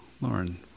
Lauren